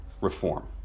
reform